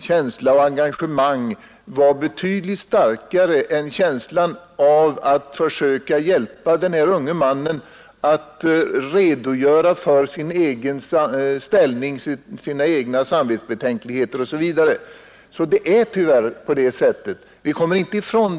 känsla och engagemang var betydligt starkare än hans känsla av att han borde försöka hjälpa den unge mannen att redogöra för sin egen ställning, sina egna samvetsbetänkligheter osv. Det är tyvärr på det sättet att det kan gå till så här.